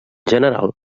general